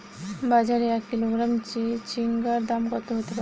বাজারে এক কিলোগ্রাম চিচিঙ্গার দাম কত হতে পারে?